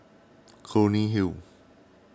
Clunny Hill